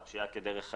או פשיעה כדרך חיים.